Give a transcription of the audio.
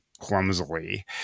clumsily